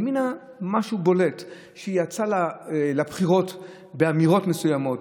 ימינה בולטת בזה שהיא יצאה לבחירות באמירות מסוימות,